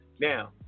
Now